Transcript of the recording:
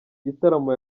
gitaramo